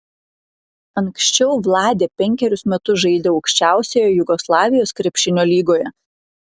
anksčiau vladė penkerius metus žaidė aukščiausioje jugoslavijos krepšinio lygoje